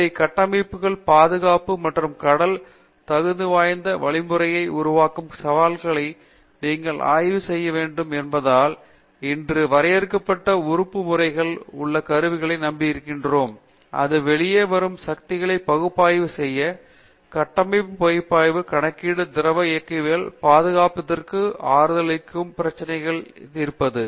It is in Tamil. இந்த கட்டமைப்புகள் பாதுகாப்பான மற்றும் கடல் தகுதிவாய்ந்த வழிமுறையை உருவாக்கும் சவால்களை நீங்கள் ஆய்வு செய்ய வேண்டும் என்பதால் இன்று வரையறுக்கப்பட்ட உறுப்பு முறைகள் போன்ற கருவிகளை நம்பியிருக்கின்றோம் அது வெளியே வரும் சக்திகளை பகுப்பாய்வு செய்ய கட்டமைப்பு பகுப்பாய்வு கணக்கீட்டு திரவ இயக்கவியல் பாதுகாப்பிற்கும் ஆறுதலளிக்கும் பிரச்சனையைத் தீர்ப்பது